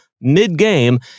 mid-game